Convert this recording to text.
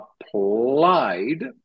applied